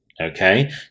Okay